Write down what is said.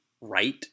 right